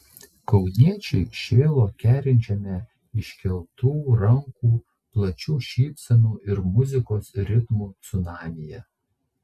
kauniečiai šėlo kerinčiame iškeltų rankų plačių šypsenų ir muzikos ritmų cunamyje